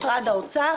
משרד האוצר.